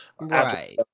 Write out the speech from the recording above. right